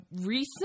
recent